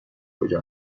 کجا